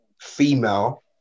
female